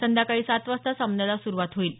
संध्याकाळी सात वाजता सामन्याला सुरुवात होईल